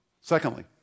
Secondly